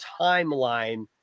timeline